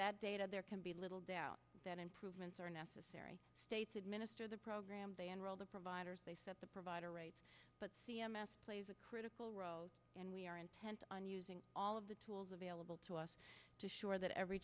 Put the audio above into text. that data there can be little doubt that improvements are necessary states administer the program they enroll the providers they set the provider rates but c m s plays a critical role and we are intent on using all of the tools available to us to sure that every